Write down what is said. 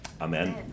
Amen